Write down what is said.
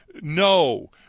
no